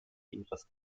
ihres